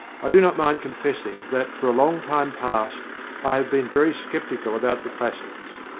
i do not mind confessing that for a long time past i have been very sceptical about the classics.